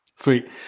Sweet